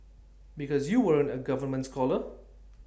because you weren't A government scholar